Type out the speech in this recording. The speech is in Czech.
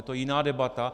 To je jiná debata.